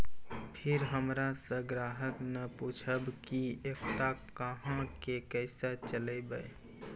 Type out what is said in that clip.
फिर हमारा से ग्राहक ने पुछेब की एकता अहाँ के केसे चलबै?